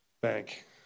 bank